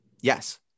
Yes